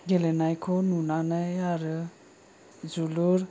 गेलेनायखौ नुनानै आरो जोलुर